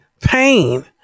pain